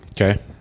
okay